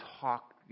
talk